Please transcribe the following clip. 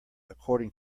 according